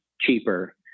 cheaper